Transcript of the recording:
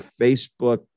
Facebook